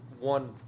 one